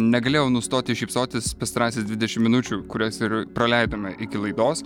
negalėjau nustoti šypsotis pastarąsias dvidešimt minučių kurias ir praleidome iki laidos